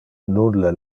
nulle